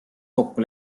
kokku